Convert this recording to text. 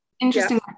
Interesting